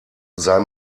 sei